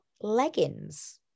leggings